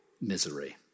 misery